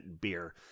beer